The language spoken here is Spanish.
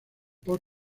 por